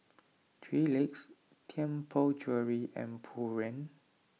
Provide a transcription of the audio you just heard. three Legs Tianpo Jewellery and Pureen